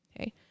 Okay